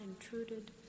intruded